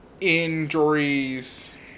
injuries